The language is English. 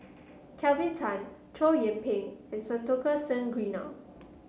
Kelvin Tan Chow Yian Ping and Santokh Singh Grewal